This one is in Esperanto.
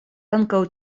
ankaŭ